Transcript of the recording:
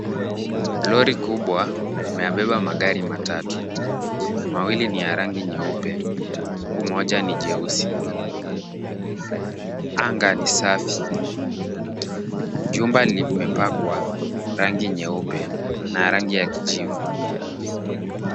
Lori kubwa imeabeba magari matatu. Mawili ni ya rangi nyeupe, huku moja ni jeusi. Anga ni safi. Jumba limepakwa rangi nyeupe, na rangi ya kijivu.